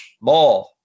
more